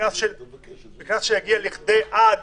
"בקנס שיגיע עד..."